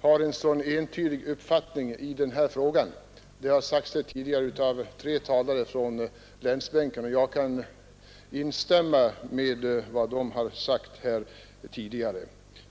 har en så entydig uppfattning i denna fråga. Det har sagts tidigare av tre talare från länsbänken, och jag kan instämma i vad de har framfört.